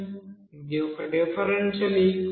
ఇది ఒక differential equation